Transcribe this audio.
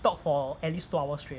talk for at least two hours straight